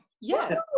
yes